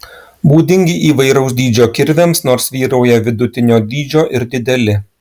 būdingi įvairaus dydžio kirviams nors vyrauja vidutinio dydžio ir dideli